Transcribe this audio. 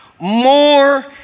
more